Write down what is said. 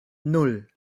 nan